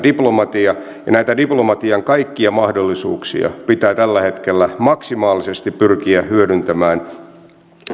diplomatia ja näitä diplomatian kaikkia mahdollisuuksia pitää tällä hetkellä maksimaalisesti pyrkiä hyödyntämään